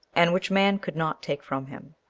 and which man could not take from him.